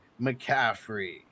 McCaffrey